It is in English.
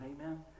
Amen